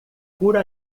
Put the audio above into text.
cura